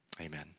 amen